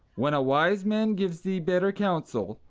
when a wise man gives thee better counsel,